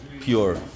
pure